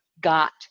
got